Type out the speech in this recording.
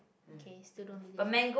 okay still don't believe you